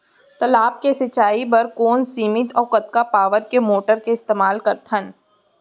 तालाब से सिंचाई बर कोन सीमित अऊ कतका पावर के मोटर के इस्तेमाल करथन?